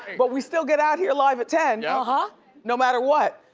but we still get out here live at ten. yeah ah no matter what.